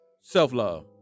self-love